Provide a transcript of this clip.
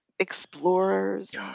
Explorers